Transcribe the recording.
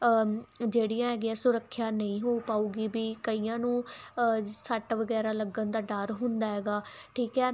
ਜਿਹੜੀਆਂ ਹੈਗੀਆਂ ਸੁਰੱਖਿਆ ਨਹੀਂ ਹੋ ਪਾਊਗੀ ਵੀ ਕਈਆਂ ਨੂੰ ਸੱਟ ਵਗੈਰਾ ਲੱਗਣ ਦਾ ਡਰ ਹੁੰਦਾ ਹੈਗਾ ਠੀਕ ਹੈ